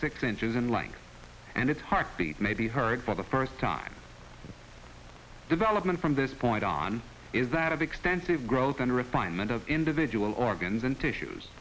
six inches in length and its heartbeat may be heard for the first time the development from this point on is that of extensive growth and refinement of individual organs and tissues